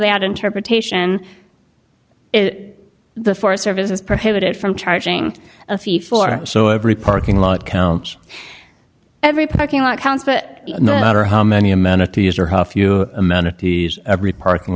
that interpretation is the forest service is prohibited from charging a fee for so every parking lot count every parking lot counts but no matter how many amenities or how few amenities every parking